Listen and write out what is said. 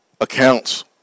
accounts